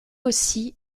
aussi